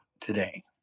today